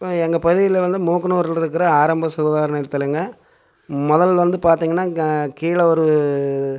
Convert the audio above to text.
இப்போ எங்கள் பகுதியில் வந்து மூக்கனூர்லருக்கிற ஆரம்ப சுகாதார நிலையத்திலங்க முதல்ல வந்து பார்த்திங்கன்னா கீழே ஒரு